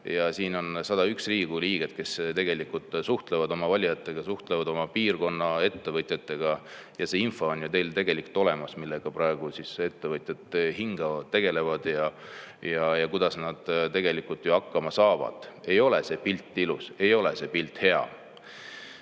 Siin on 101 Riigikogu liiget, kes tegelikult suhtlevad oma valijatega, suhtlevad oma piirkonna ettevõtjatega ja see info on ju teil tegelikult olemas, millega praegu ettevõtjad … tegelevad ja kuidas nad tegelikult ju hakkama saavad. Ei ole see pilt ilus, ei ole see pilt hea.